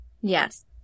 Yes